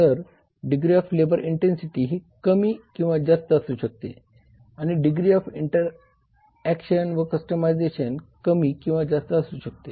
तर degree of labour intensity ही कमी किंवा जास्त असू शकते आणि डिग्री ऑफ इंटरऍक्शन व कस्टमायझेशन कमी किंवा जास्त असू शकते